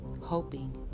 hoping